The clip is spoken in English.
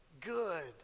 good